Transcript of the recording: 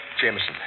Jameson